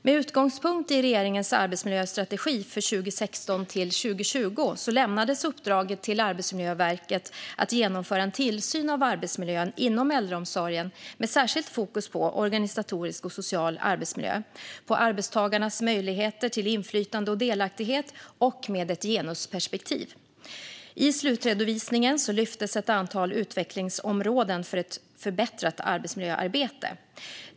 Med utgångspunkt i regeringens arbetsmiljöstrategi för 2016-2020 lämnades uppdraget till Arbetsmiljöverket att genomföra en tillsyn av arbetsmiljön inom äldreomsorgen med särskilt fokus på organisatorisk och social arbetsmiljö samt arbetstagarnas möjlighet till inflytande och delaktighet och med ett genusperspektiv. I slutredovisningen lyftes ett antal utvecklingsområden för ett förbättrat arbetsmiljöarbete fram.